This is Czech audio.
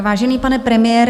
Vážený pane premiére.